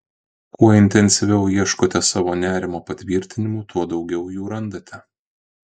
kuo intensyviau ieškote savo nerimo patvirtinimų tuo daugiau jų randate